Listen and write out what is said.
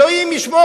אלוהים ישמור,